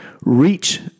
reach